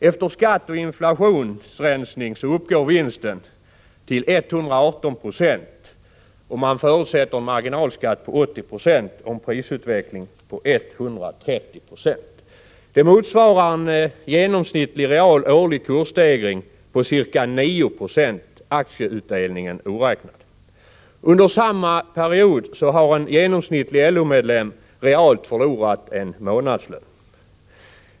Efter skatt och inflationsrensning uppgår vinsten till 118 26, om man förutsätter en marginalskatt på 80 26 och en prisutveckling på 130 96. Det motsvarar en genomsnittlig real årlig kursstegring på ca 9 2, aktieutdelningen oräknad. Under samma period har en genomsnittlig LO-medlem realt förlorat en månadslön.